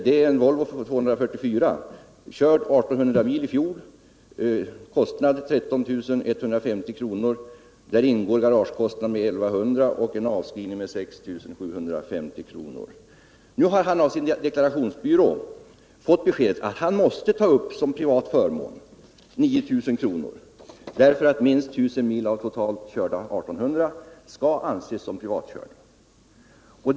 Det gäller en Volvo 244, körd 1 800 mil i för värdering av förmånen av fri bil Nu har han av sin deklarationsbyrå fått beskedet att han som privat förmån måste ta upp 9 000 kr. därför att minst 1 000 mil av totalt körda 1 800 skall anses som privatkörning.